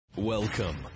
Welcome